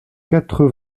quatre